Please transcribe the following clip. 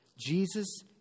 Jesus